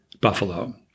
Buffalo